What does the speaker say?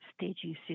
staging